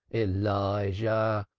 elijah